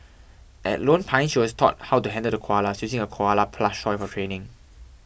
at Lone Pine she was taught how to handle the koalas using a koala plush toy for training